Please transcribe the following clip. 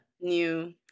New